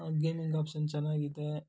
gaming option ಚೆನ್ನಾಗಿದೇ